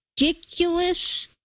ridiculous